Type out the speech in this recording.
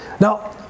Now